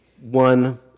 one